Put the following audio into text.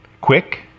Quick